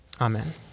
Amen